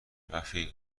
رفیق